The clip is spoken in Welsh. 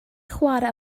chwarae